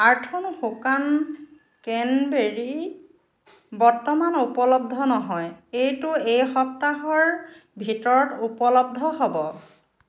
আৰ্থ'ন শুকান ক্ৰেনবেৰী বৰ্তমান উপলব্ধ নহয় এইটো এই সপ্তাহৰ ভিতৰত উপলব্ধ হ'ব